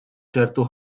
ċertu